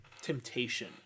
temptation